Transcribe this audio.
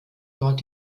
dort